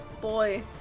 Boy